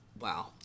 Wow